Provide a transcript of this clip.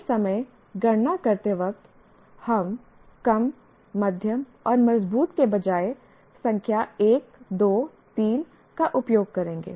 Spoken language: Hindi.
हर समय गणना करते वक्त हम कम मध्यम और मजबूत के बजाय संख्या 1 2 3 का उपयोग करेंगे